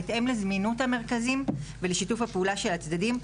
בהתאם לזמינות המרכזים ולשיתוף הפעולה של הצדדים.